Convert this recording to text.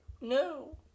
No